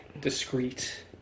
Discreet